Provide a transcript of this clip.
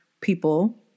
people